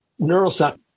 neuroscience